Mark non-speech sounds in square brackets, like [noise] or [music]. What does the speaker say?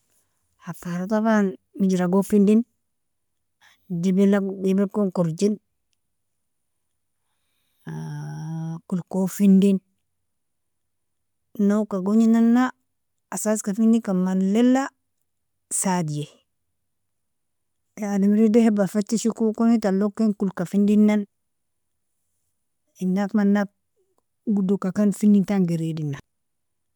Hafara taban mejragon findin, jabal jabalgon korjin, [hesitation] kolkon findin, nogka gojnnana asaska findikan malila sadji, adameri dahaba fitishikokoni talog ken kolka findinan inak manak [hesitation] godoka ken findintan gredena.